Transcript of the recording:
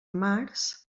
març